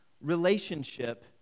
relationship